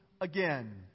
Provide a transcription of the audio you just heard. again